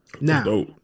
Now